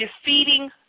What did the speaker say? defeating